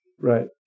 Right